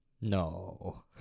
No